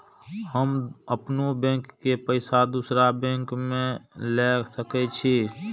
हम अपनों बैंक के पैसा दुसरा बैंक में ले सके छी?